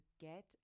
Get